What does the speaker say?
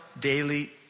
daily